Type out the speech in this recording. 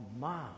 mom